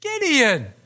Gideon